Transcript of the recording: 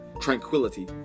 tranquility